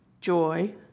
Joy